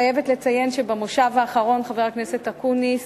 אני חייבת לציין שבמושב האחרון חבר הכנסת אקוניס